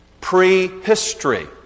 prehistory